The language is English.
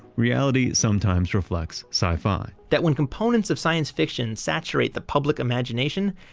reality sometimes reflects sci-fi that when components of science fiction saturate the public imagination,